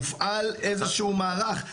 הופעל איזה שהוא מערך?